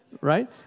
Right